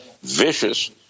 vicious